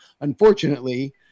Unfortunately